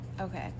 Okay